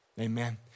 Amen